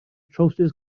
trowsus